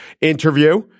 interview